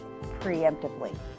preemptively